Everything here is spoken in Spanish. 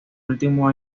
último